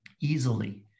easily